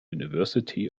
university